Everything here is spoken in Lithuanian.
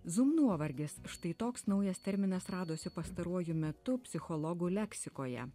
zum nuovargis štai toks naujas terminas radosi pastaruoju metu psichologų leksikoje